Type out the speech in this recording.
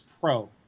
Pro